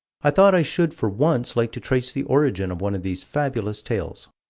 i thought i should for once like to trace the origin of one of these fabulous tales.